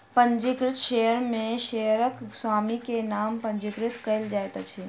पंजीकृत शेयर में शेयरक स्वामी के नाम पंजीकृत कयल जाइत अछि